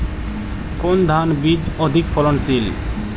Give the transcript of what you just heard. কোন ধান বীজ অধিক ফলনশীল?